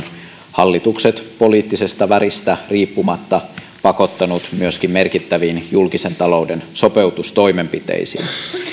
hallitukset poliittisesta väristä riippumatta myöskin pakottanut merkittäviin julkisen talouden sopeutustoimenpiteisiin